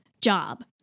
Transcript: job